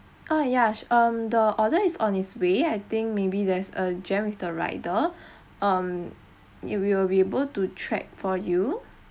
uh ya um the order is on its way I think maybe there's a jam with the rider um we will be able to track for you